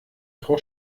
frau